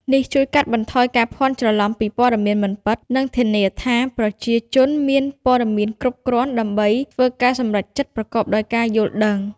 នេះជួយកាត់បន្ថយការភ័ន្តច្រឡំពីព័ត៌មានមិនពិត និងធានាថាប្រជាជនមានព័ត៌មានគ្រប់គ្រាន់ដើម្បីធ្វើការសម្រេចចិត្តប្រកបដោយការយល់ដឹង។